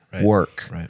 work